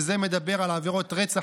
זה מדבר על עבירות רצח,